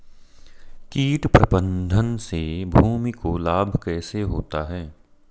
कीट प्रबंधन से भूमि को लाभ कैसे होता है?